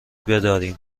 بداریم